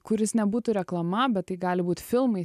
kuris nebūtų reklama bet tai gali būt filmai